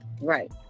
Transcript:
right